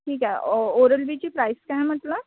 ठीक आहे ओ ओरल बीची प्राईज काय म्हटलं